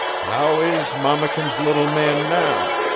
how is mammakin's little man now?